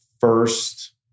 first